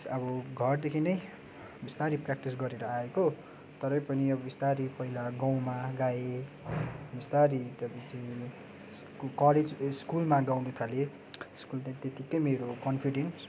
अब घरदेखि नै बिस्तारै प्र्याक्टिस गरेर आएको तरै पनि अब बिस्तारै पहिला गाउँमा गाएँ बिस्तारै त्यहाँपछि कलेज ए स्कुलमा गाउन थालेँ स्कुलदेखि त्यहाँ त्यत्तिकै मेरो कन्फिडेन्स